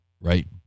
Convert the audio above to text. right